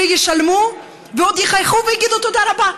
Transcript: שישלמו ועוד יחייכו ויגידו: תודה רבה.